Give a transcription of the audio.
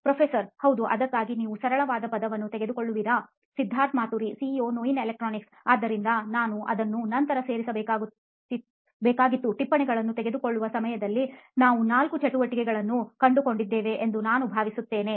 ಪ್ರೊಫೆಸರ್ಹೌದು ಅದಕ್ಕಾಗಿ ನೀವು ಸರಳವಾದ ಪದವನ್ನು ತೆಗೆದುಕೊಳ್ಳುವಿರಾ ಸಿದ್ಧಾರ್ಥ್ ಮಾತುರಿ ಸಿಇಒ ನೋಯಿನ್ ಎಲೆಕ್ಟ್ರಾನಿಕ್ಸ್ ಆದ್ದರಿಂದ ನಾನು ಅದನ್ನು ನಂತರ ಸೇರಿಸಬೇಕಾಗಿತ್ತು ಟಿಪ್ಪಣಿಗಳನ್ನು ತೆಗೆದುಕೊಳ್ಳುವ ಸಮಯದಲ್ಲಿ ನಾವು ನಾಲ್ಕು ಚಟುವಟಿಕೆಗಳನ್ನು ಕಂಡುಕೊಂಡಿದ್ದೇವೆ ಎಂದು ನಾನು ಭಾವಿಸುತ್ತೇನೆ